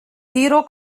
tiro